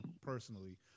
personally